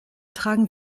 tragen